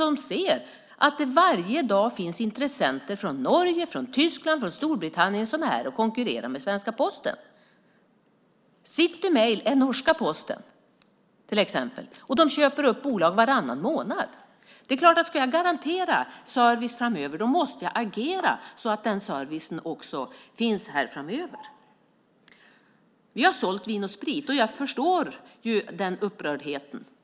De ser att det varje dag finns intressenter från Norge, Tyskland och Storbritannien som konkurrerar med svenska posten. Citymail är norska posten till exempel. De köper upp bolag varannan månad. Om jag ska kunna garantera service framöver måste jag ju agera så att den servicen finns. Vi har sålt Vin & Sprit. Jag förstår upprördheten.